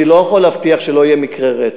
אני לא יכול להבטיח שלא יהיה מקרה רצח,